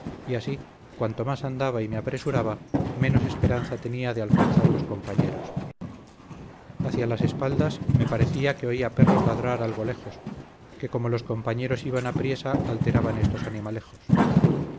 y así cuanto más andaba y me apresuraba menos esperanza tenía de alcanzar los compañeros hacia las espaldas me parecía que oía perros ladrar algo lejos que como los compañeros iban apriesa alteraban estos animalejos